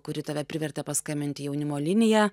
kuri tave privertė paskambint į jaunimo liniją